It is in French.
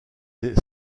des